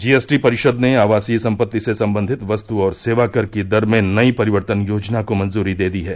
GST परिषद ने आवासीय संपत्ति से संबंधित वस्तु और सेवा कर की दर में नई परिवर्तन योजना को मंजूरी दे दी है